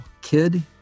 kid